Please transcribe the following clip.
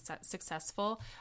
successful